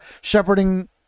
shepherding